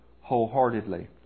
wholeheartedly